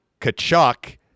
Kachuk